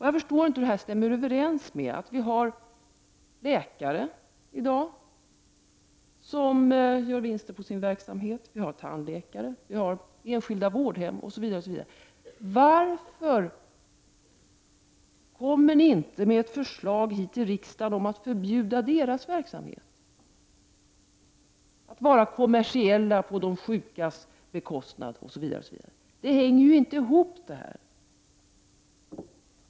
Jag förstår inte hur det stämmer överens med att vi i dag har läkare, tandläkare, enskilda vårdhem osv. som gör vinster på sin verksamhet. Varför kommer ni inte med ett förslag till riksdagen om att förbjuda deras verksamhet? Varför inför ni inte ett förbud mot att vara kommersiell på de sjukas bekostnad, osv? Det hänger inte ihop.